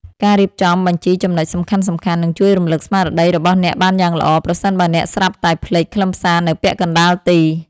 ការរៀបចំបញ្ជីចំណុចសំខាន់ៗ នឹងជួយរំលឹកស្មារតីរបស់អ្នកបានយ៉ាងល្អ ប្រសិនបើអ្នកស្រាប់តែភ្លេចខ្លឹមសារនៅពាក់កណ្ដាលទី។